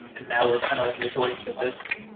and now we're kinda like resorting to this.